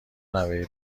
نوه